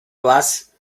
was